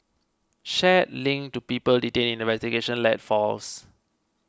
shares linked to people detained in the investigation led falls